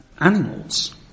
animals